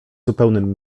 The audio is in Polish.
zupełnym